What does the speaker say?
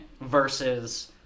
versus